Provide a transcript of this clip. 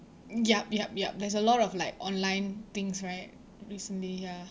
yup yup yup there's a lot of like online things right recently ya